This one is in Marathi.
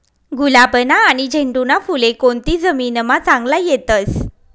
गुलाबना आनी झेंडूना फुले कोनती जमीनमा चांगला येतस?